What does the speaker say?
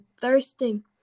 thirsting